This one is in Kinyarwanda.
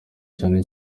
cyane